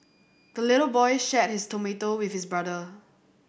the little boy shared his tomato with his brother